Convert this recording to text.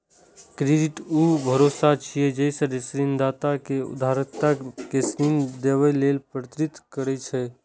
credit ऊ भरोसा छियै, जे ऋणदाता कें उधारकर्ता कें ऋण देबय लेल प्रेरित करै छै